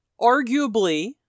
arguably